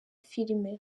filime